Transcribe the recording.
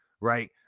right